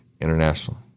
International